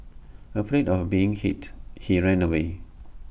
afraid of being hit he ran away